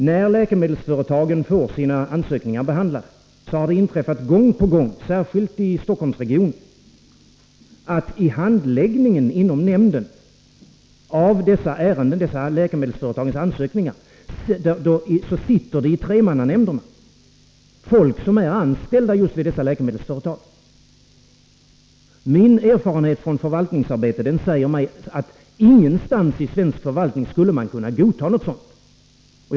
När läkemedelsföretagen får sina ansökningar behandlade har det gång på gång inträffat, särskilt i Stockholmsregionen, att det vid handläggningen inom nämnden av dessa läkemedelsföretagens ansökningar i tremannanämnderna sitter folk som är anställda just vid dessa läkemedelsföretag. Min erfarenhet från förvaltningsarbete säger mig att man ingenstans i svensk förvaltning skulle godta någonting sådant.